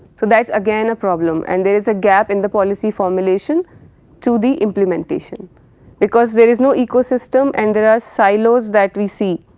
so, that is again a problem and there is a gap in the policy formulation to the implementation because there is no ecosystem and there are silos that we see